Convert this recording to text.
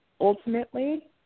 Ultimately